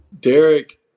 Derek